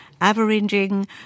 averaging